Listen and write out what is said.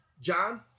john